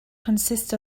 consists